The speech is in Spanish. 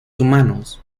humanos